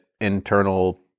internal